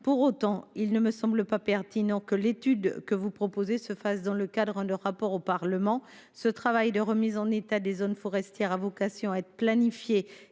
Pour autant, il ne me semble pas pertinent que l’étude que vous proposez se fasse dans le cadre d’un rapport au Parlement. Ce travail de remise en état des zones forestières a vocation à être planifié